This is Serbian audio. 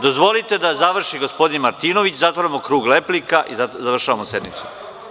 Dozvolite da završi gospodin Martinović, pa zatvaramo krug replika i završavamo sednicu.